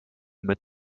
mit